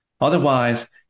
Otherwise